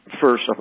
First